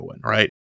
right